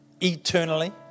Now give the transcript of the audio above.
eternally